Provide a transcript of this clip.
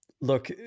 Look